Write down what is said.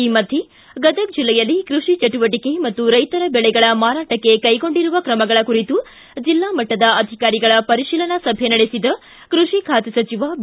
ಈ ಮಧ್ಯೆ ಗದಗ ಜಿಲ್ಲೆಯಲ್ಲಿ ಕೃಷಿ ಚಟುವಟಿಕೆ ಮತ್ತು ರೈತರ ಬೆಳೆಗಳ ಮಾರಾಟಕ್ಕೆ ಕೈಗೊಂಡಿರುವ ತ್ರಮಗಳ ಕುರಿತು ಜಿಲ್ಲಾ ಮಟ್ಟದ ಅಧಿಕಾರಿಗಳ ಪರಿಶೀಲನಾ ಸಭೆ ನಡೆಸಿದ ಕೃಷಿ ಖಾತೆ ಸಚಿವ ಬಿ